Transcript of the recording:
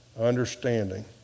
understanding